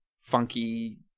funky